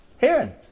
Hearing